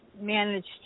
managed